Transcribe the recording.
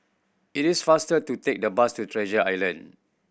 it is faster to take the bus to Treasure Island